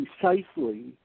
precisely